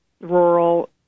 rural